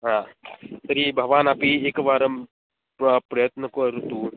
हा तर्हि भवानपि एकवारं प् प्रयत्नं करोतु